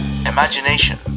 Imagination